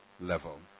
level